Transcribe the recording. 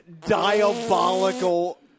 diabolical